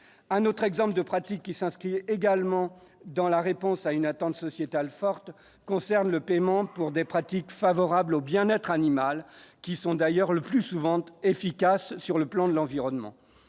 un autre exemple de pratique qui s'inscrit également dans la réponse à une attente sociétale forte concerne le paiement pour des pratiques favorables au bien-être animal qui sont d'ailleurs le plus souvent efficace sur le plan de l'environnement,